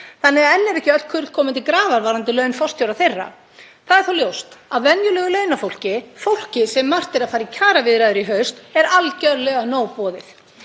þannig að enn eru ekki öll kurl komin til grafar varðandi laun forstjóra þeirra. Það er þó ljóst að venjulegu launafólki, fólki sem margt er að fara í kjaraviðræður í haust, er algjörlega nóg boðið.